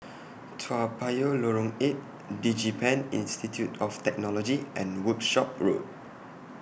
Toa Payoh Lorong eight Digipen Institute of Technology and Workshop Road